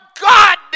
God